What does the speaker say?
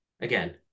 Again